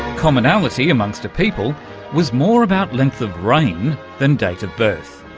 commonality amongst a people was more about length of reign than date of birth.